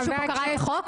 מישהו פה קרא את החוק?